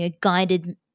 guided